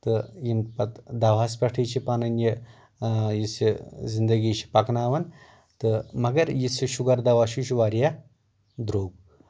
تہٕ یِم پتہٕ دوہس پٮ۪ٹھٕے چھِ پَنٕنۍ یہِ یُس یہِ زنٛدگی چھِ پَکناوان تہٕ مگر یُس یہِ شُگر دوہ چھُ یہِ چھُ واریاہ درٛوٚگ